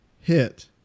hit